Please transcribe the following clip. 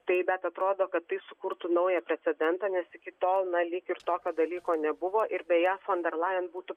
tai bet atrodo kad tai sukurtų naują precedentą nes iki tol na lyg ir tokio dalyko nebuvo ir beje fon der lajen būtų